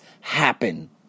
happen